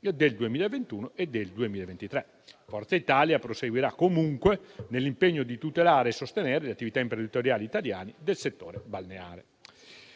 del 2021 e del 2023. Forza Italia proseguirà comunque nell'impegno di tutelare e sostenere le attività imprenditoriali italiane del settore balneare.